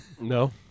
No